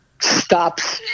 Stops